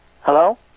Hello